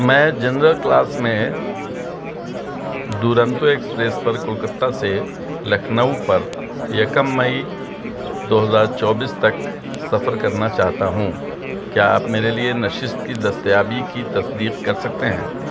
میں general class میں Duronto express پر کولکتہ سے لکھنؤ پر یکم مئی دو ہزار چوبیس تک سفر کرنا چاہتا ہوں کیا آپ میرے لیے نشست کی دستیابی کی تصدیق کر سکتے ہیں